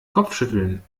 kopfschütteln